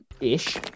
Ish